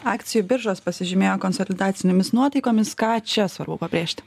akcijų biržos pasižymėjo konsolidacinėmis nuotaikomis ką čia svarbu pabrėžt